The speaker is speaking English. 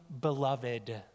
beloved